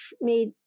made